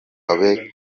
abe